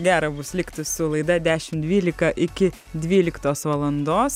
gera bus likti su laida dešim dvylika iki dvyliktos valandos